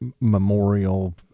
memorial